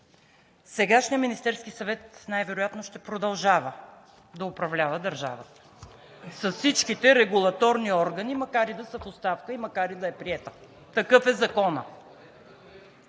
сегашният Министерски съвет най-вероятно ще продължава да управлява държавата с всичките регулаторни органи, макар и да са в оставка и макар и да е приета. Такъв е законът.